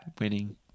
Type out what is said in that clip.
winning